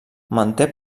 manté